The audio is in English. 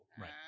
Right